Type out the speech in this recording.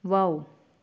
wow